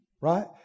Right